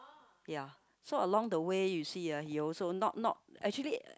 ya so along the way you see ah he also not not actually